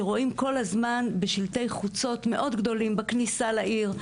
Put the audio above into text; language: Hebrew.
שרואים כול הזמן בשלטי חוצות מאוד גדולים בכניסה לעיר,